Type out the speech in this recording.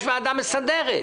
יש ועדה מסדרת.